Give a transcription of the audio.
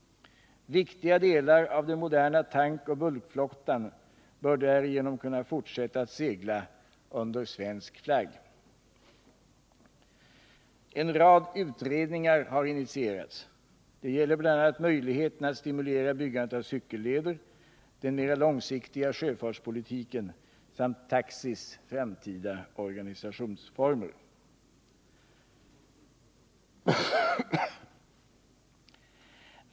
Viktiga delar av den moderna tankoch bulkflottan bör därigenom kunna fortsätta att segla under svensk flagg. En rad utredningar har initierats. Det gäller bl.a. möjligheterna att stimulera byggandet av cykelleder, den mera långsiktiga sjöfartspolitiken samt taxis framtida organisationsformer.